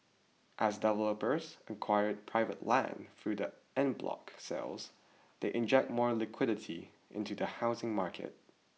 as developers acquire private land through the en bloc sales they inject more liquidity into the housing market